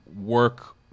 work